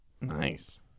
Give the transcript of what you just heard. Nice